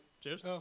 Cheers